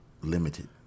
Limited